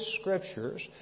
Scriptures